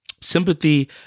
Sympathy